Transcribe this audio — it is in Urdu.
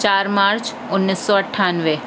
چار مارچ انیس سو اٹھانوے